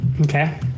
Okay